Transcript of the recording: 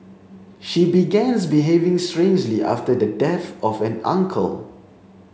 she begans behaving strangely after the death of an uncle